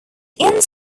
inns